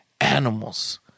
animals